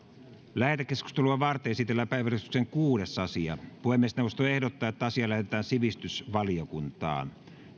lähetekeskustelua varten esitellään päiväjärjestyksen kuudes asia puhemiesneuvosto ehdottaa että asia lähetetään sivistysvaliokuntaan